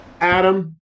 Adam